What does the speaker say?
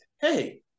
hey